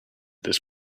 this